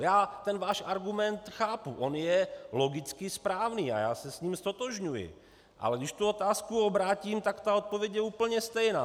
Já ten váš argument chápu, on je logicky správný a já se s ním ztotožňuji, ale když tu otázku obrátím, tak ta odpověď je úplně stejná.